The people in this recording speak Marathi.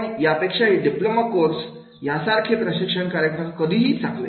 पण यापेक्षाही डिप्लोमा कोर्स सारखे प्रशिक्षण कार्यक्रम कधीही चांगले